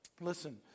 Listen